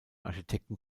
architekten